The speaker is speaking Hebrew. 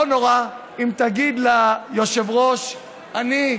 לא נורא אם תגיד ליושב-ראש: אני,